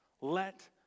Let